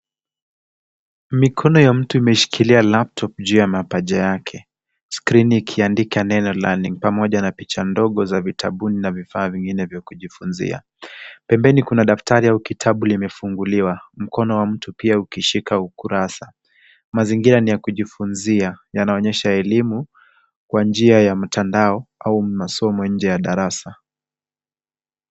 Mikono ya mtu imeshikilia laptop juu ya mapaja yake skrini ikiandika neno learning pamoja na picha ndogo za vitabu na vifaa vingine vya kujifunzia. Pembeni kuna daftari au kitabu limefunguliwa. Mkono wa mtu pia ukishika ukurasa. Mazingira ni ya kujifunzia yanaonyesha elimu kwa njia ya mtandao au masomo nje ya darasa.